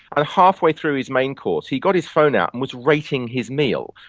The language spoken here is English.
and halfway through his main course he got his phone out and was rating his meal.